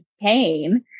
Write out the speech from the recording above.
pain